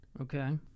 okay